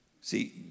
See